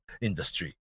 industry